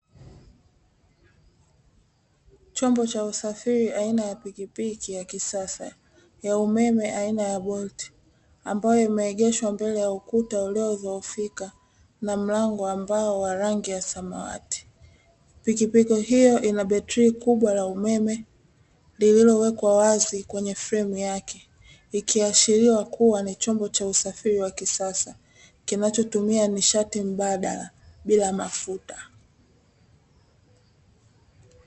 Chombo cha usafiri aina ya pikipiki ya kisasa ya umeme aina ya Bolt ambayo imeegeshwa mbele ya ukuta uliodhoofika, na mlango wa mbao wa rangi ya samawati. Pikipiki hiyo ina betri kubwa la umeme liliowekwa wazi kwenye fremu yake, ikiashiria kuwa ni chombo cha usafiri wa kisasa kinachotumia nishati mbadala bila mafuta.